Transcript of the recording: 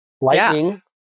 Lightning